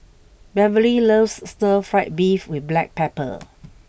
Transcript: Beverley loves Stir Fry Beef with Black Pepper